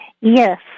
Yes